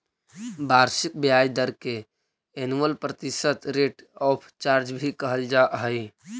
वार्षिक ब्याज दर के एनुअल प्रतिशत रेट ऑफ चार्ज भी कहल जा हई